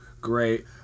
great